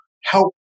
help